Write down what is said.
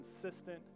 consistent